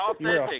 authentic